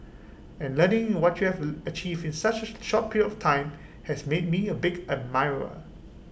and learning what you have achieved in such A short period of time has made me A big admirer